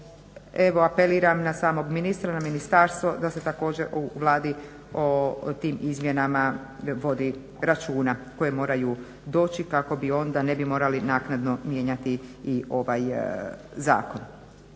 evo apeliram na samog ministra, na ministarstvo, da se također u Vladi o tim izmjenama vodi računa koje moraju doći kako bi onda, ne bi morali naknadno mijenjati i ovaj zakon.